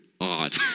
odd